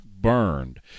burned